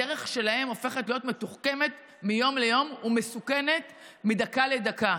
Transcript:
הדרך שלהם הופכת להיות מתוחכמת מיום ליום ומסוכנת מדקה לדקה.